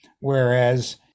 whereas